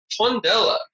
Tondela